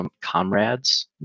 comrades